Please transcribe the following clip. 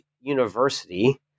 university